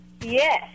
Yes